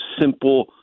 simple